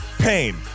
pain